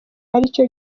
aricyo